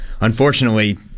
unfortunately